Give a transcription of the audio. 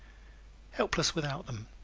helpless without them